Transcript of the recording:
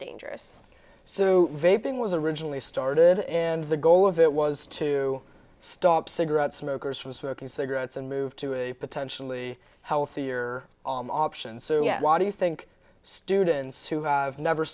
dangerous so raping was originally started and the goal of it was to stop cigarette smokers from smoking cigarettes and move to a potentially healthier options so why do you think students who have never